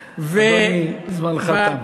אדוני, זמנך תם.